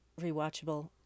rewatchable